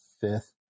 fifth